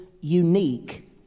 unique